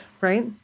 right